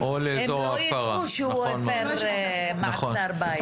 הם רואים בו שהוא הפר מעצר בית.